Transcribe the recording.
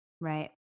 Right